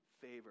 favor